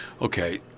Okay